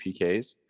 PKs